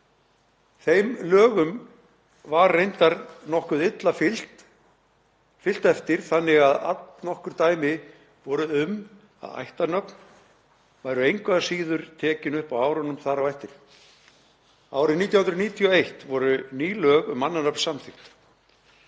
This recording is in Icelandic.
Þeim lögum var reyndar nokkuð illa fylgt eftir þannig að allnokkur dæmi voru um að ættarnöfn væru engu að síður tekin upp á árunum þar á eftir. Árið 1991 voru ný lög um mannanöfn samþykkt.